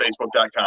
Facebook.com